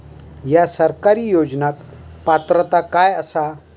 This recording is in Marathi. हया सरकारी योजनाक पात्रता काय आसा?